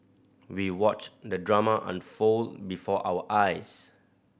we watched the drama unfold before our eyes